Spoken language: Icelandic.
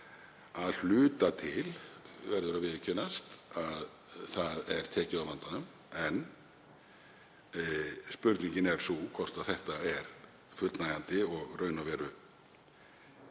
að hluta til verður að viðurkennast að það er tekið á vandanum. En spurningin er sú hvort þetta er fullnægjandi og í raun og veru,